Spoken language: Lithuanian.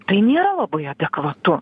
tai nėra labai adekvatu